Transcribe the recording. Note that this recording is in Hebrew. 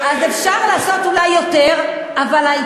לא, אני